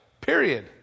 Period